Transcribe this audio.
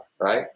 right